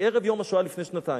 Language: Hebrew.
ערב יום השואה לפני שנתיים.